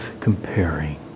comparing